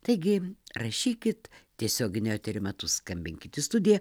taigi rašykit tiesioginio eterio metu skambinkit į studiją